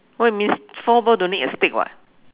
what you mean floorball don't need a stick [what]